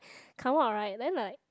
come out right then like